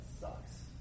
sucks